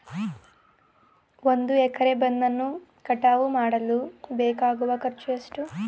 ಒಂದು ಎಕರೆ ಕಬ್ಬನ್ನು ಕಟಾವು ಮಾಡಲು ಬೇಕಾಗುವ ಖರ್ಚು ಎಷ್ಟು?